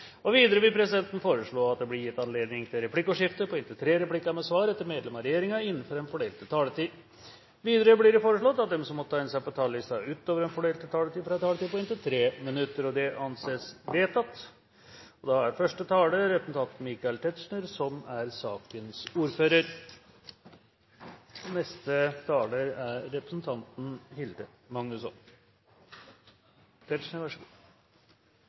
og inntil 5 minutter til medlem av regjeringen. Videre vil presidenten foreslå at det blir gitt anledning til replikkordskifte på inntil tre replikker med svar etter innlegg fra medlem av regjeringen innenfor den fordelte taletid. Videre blir det foreslått at de som måtte tegne seg på talerlisten utover den fordelte taletid, får en taletid på inntil 3 minutter. – Det anses vedtatt. Her er det berre snakk om samferdselsprosjekt på Vestlandet til 9,5 mrd. kr, men det er